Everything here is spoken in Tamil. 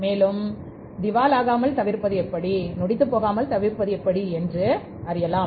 மேலும் திவால் ஆகாமல் தவிர்ப்பது எப்படி என்று அறியலாம்